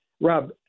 Rob